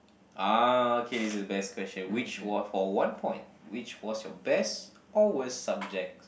ah okay this is the best question which worth for one point which was your best or worst subject